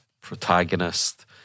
protagonist